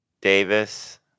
Davis